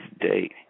date